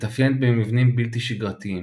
המתאפיינת במבנים בלתי-שגרתיים.